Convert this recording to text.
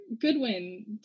Goodwin